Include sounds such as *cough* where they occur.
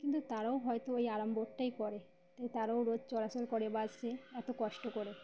কিন্তু তারাও হয়তো ওই আরাম *unintelligible* করে তাই তারাও রোজ চলাচল করে বাসে এত কষ্ট করে